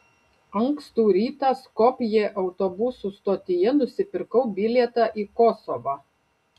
ankstų rytą skopjė autobusų stotyje nusipirkau bilietą į kosovą